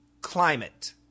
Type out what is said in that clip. climate